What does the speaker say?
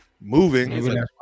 moving